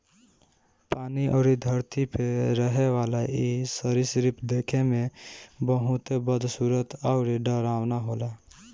पानी अउरी धरती पे रहेवाला इ सरीसृप देखे में बहुते बदसूरत अउरी डरावना होला